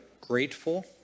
grateful